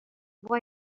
boy